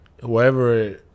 whoever